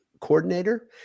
coordinator